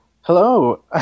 hello